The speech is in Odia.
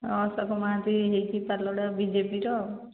ଅଶୋକ ମହାନ୍ତି ହେଇକି ପାଲଡ଼ା ବିଜେପିର ଆଉ